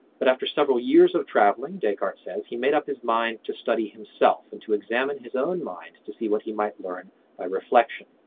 but after several years of travelling, descartes says, he made up his mind to study himself and to examine his own mind to see what he might learn by reflection.